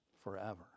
forever